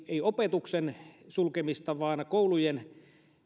ei opetuksen sulkemista vaan koulujen